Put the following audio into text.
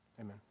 amen